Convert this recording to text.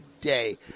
day